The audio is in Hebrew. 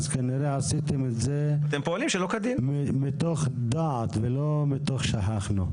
כנראה שעשיתם את זה מתוך דעת ולא מתוך זה ששכחתם.